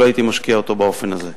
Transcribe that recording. לא הייתי משקיע אותו באופן הזה.